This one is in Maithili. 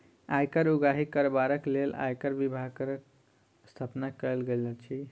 आयकर उगाही करबाक लेल आयकर विभागक स्थापना कयल गेल अछि